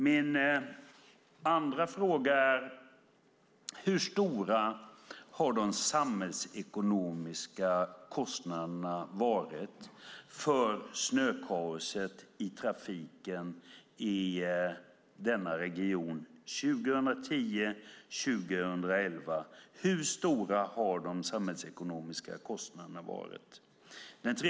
Min andra fråga är: Hur stora har de samhällsekonomiska kostnaderna varit för snökaoset i trafiken i denna region 2010 och 2011?